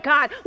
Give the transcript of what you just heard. God